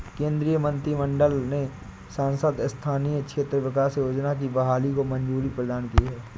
केन्द्रीय मंत्रिमंडल ने सांसद स्थानीय क्षेत्र विकास योजना की बहाली को मंज़ूरी प्रदान की है